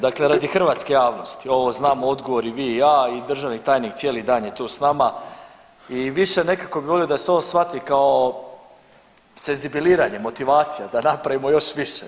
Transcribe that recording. Dakle, radi hrvatske javnosti ovo znam odgovor i vi i ja, državni tajnik cijeli dan je tu sa nama i više bih nekako volio da se ovo shvati kao senzibiliziranje, motivacija, da napravimo još više.